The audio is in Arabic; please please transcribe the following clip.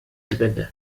البلدة